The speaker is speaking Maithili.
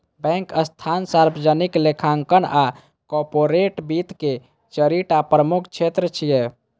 बैंक, संस्थान, सार्वजनिक लेखांकन आ कॉरपोरेट वित्त के चारि टा प्रमुख क्षेत्र छियै